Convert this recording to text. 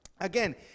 Again